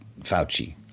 Fauci